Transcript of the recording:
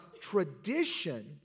tradition